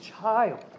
child